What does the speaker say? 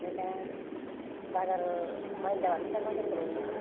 ओमफ्राय दा बाजार माइनि दामाथ' दा बाजारफोराव